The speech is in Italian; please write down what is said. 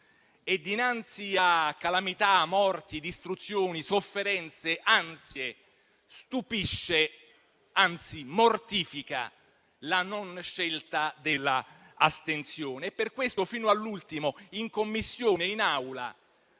e dinanzi a calamità, morti, distruzioni, sofferenze, ansie, stupisce, anzi mortifica la non scelta dell'astensione. E per questo fino all'ultimo in Commissione e in Aula